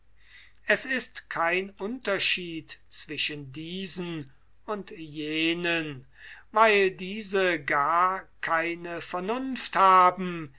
es ist kein unterschied zwischen diesen und jenen weil diese gar keine vernunft haben